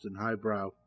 highbrow